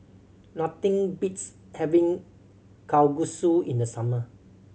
nothing beats having Kalguksu in the summer